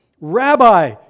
Rabbi